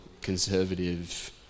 conservative